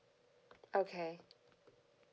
okay